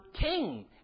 king